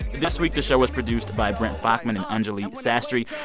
this week, the show was produced by brent baughman and anjuli sastry.